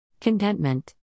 Contentment